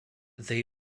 they